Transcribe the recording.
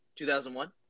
2001